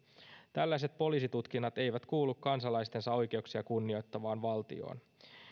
tällaiset poliisitutkinnat eivät kuulu kansalaistensa oikeuksia kunnioittavaan valtioon